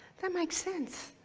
that makes sense.